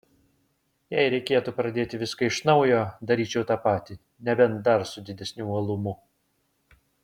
jei reikėtų pradėti viską iš naujo daryčiau tą patį nebent dar su didesniu uolumu